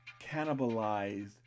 cannibalized